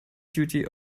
duty